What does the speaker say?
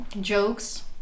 jokes